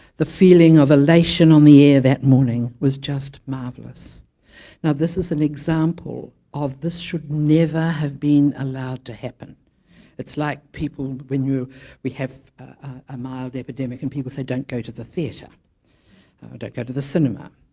the feeling of elation on the air that morning was just marvellous now this is an example, of this should never have been allowed to happen it's like people when we have a mild epidemic and people say don't go to the theatre or don't go to the cinema